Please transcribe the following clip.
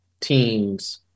teams